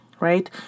right